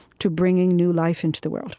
to bringing new life into the world